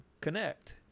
connect